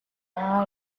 are